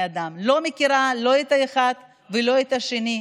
אני לא מכירה לא את האחד ולא את השני,